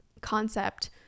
concept